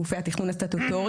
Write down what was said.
גופי התכנון הסטטוטוריים,